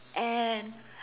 and